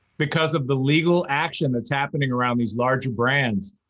because of the legal action that's happening around these larger brands,